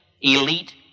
elite